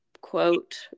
quote